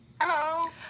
Hello